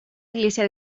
iglesia